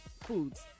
foods